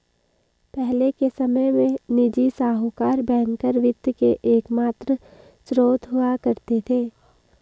पहले के समय में निजी साहूकर बैंकर वित्त के एकमात्र स्त्रोत हुआ करते थे